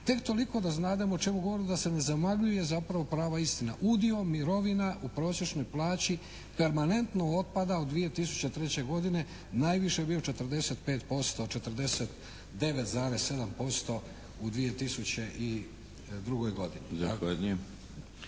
Tek toliko da znademo o čemu govorimo da se ne zamagljuje zapravo prava istina. Udio mirovina u prosječnoj plaći permanentno otpada u, 2003. godini najviše je bio 45%, 49,7% u 2002. godini.